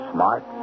Smart